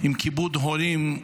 עם כיבוד הורים,